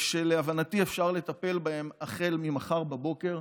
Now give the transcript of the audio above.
שלהבנתי אפשר לטפל בהן החל ממחר בבוקר,